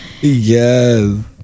Yes